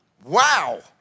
Wow